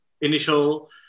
initial